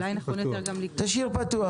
כלומר,